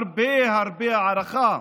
הרבה הרבה הערכה.